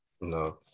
no